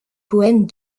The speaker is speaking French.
poèmes